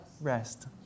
rest